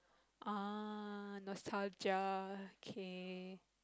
ah nostalgia okay